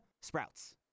sprouts